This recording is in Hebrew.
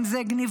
אם זה גנבות,